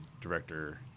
director